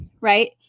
right